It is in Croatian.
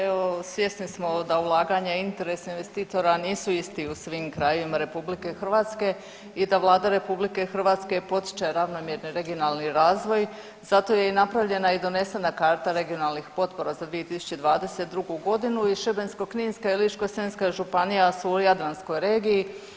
Evo svjesni smo da ulaganja i interes investitora nisu isti u svim krajevima RH i da Vlada RH potiče ravnomjerni regionalni razvoj, zato je napravljena i donesena karta regionalnih potpora za 2022.g. i Šibensko-kninska i Ličko-senjska županija su u Jadranskoj regiji.